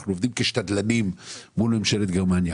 אנחנו עובדים כשדלנים מול ממשלת גרמניה,